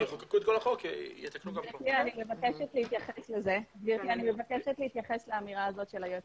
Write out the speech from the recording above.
אני מבקשת להתייחס לאמירת היועץ